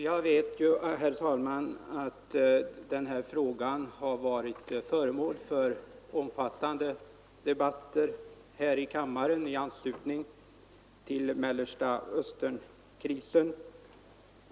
Herr talman! Jag vet att den här frågan har varit föremål för omfattande debatter i kammaren i anslutning till Mellerstaösternkristen.